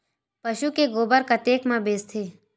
पशु के गोबर कतेक म बेचाथे?